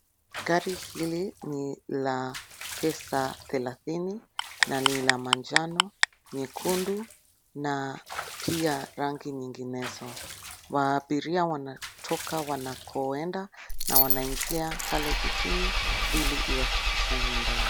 Gari hili ni la pesa thelathini na ni la manjano, nyekundu na pia rangi nyinginezo. Abiria wanatoka wanakoenda na wanaingia pale jijini ili iwafikishe nyumbani.